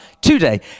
today